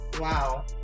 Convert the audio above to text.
Wow